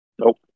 Nope